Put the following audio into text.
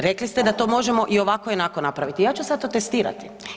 Rekli ste da to možemo i ovako i onako napraviti, ja ću sad to testirati.